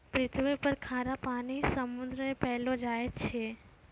पृथ्वी पर खारा पानी समुन्द्र मे पैलो जाय छै